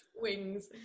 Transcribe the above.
wings